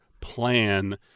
plan